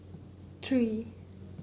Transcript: three